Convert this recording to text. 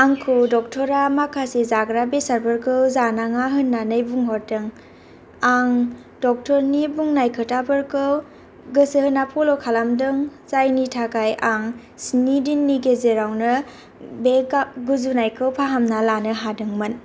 आंखौ दक्टरा माखासे जाग्रा बेसादफोरखौ जानाङा होननानै बुंहरदों आं दक्टरनि बुंनाय खोथाफोरखौ गोसो होना फल' खालामदों जायनि थाखाय आं स्नि दिननि गेजेरावनो बे गुजुनाय खौ फाहामना लानो हादोंमोन